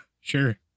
Sure